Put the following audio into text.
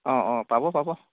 অ অ পাব পাব